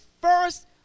first